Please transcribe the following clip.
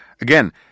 Again